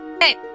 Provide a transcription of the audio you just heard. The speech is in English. Hey